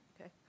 Okay